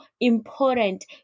important